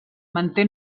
manté